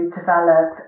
develop